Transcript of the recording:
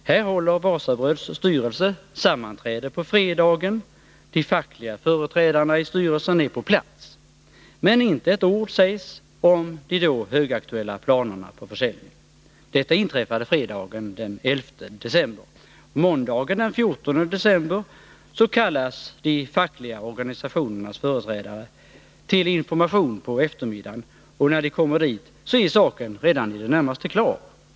Här håller Wasabröds styrelse sammanträde på fredagen. De fackliga företrädarna i styrelsen är på plats. Men inte ett ord sägs om de då högaktuella planerna på försäljning. Detta inträffade fredagen den 11 december. Måndagen den 14 december kallas de fackliga organisationernas företrädare till information på eftermiddagen, och när de kommer dit så är saken redan i det närmaste klar.